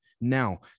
Now